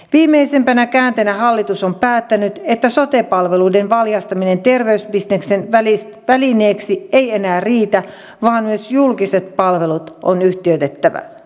viimeisimpänä käänteenä hallitus on päättänyt että sote palveluiden valjastaminen terveysbisneksen välineeksi ei enää riitä vaan myös julkiset palvelut on yhtiöitettävä